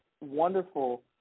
wonderful